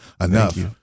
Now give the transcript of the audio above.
enough